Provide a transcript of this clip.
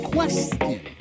Question